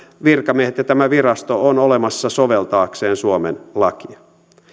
virkamiehet ja tämä virasto ovat olemassa soveltaakseen suomen lakia